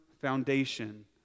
foundation